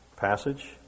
passage